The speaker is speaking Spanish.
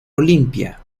olympia